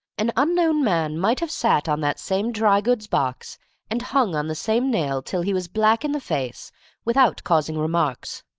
an unknown man might have sat on that same dry-goods box and hung on the same nail till he was black in the face without causing remarks,